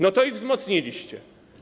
No to ich wzmocniliście.